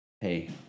hey